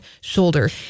shoulder